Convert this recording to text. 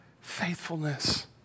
Faithfulness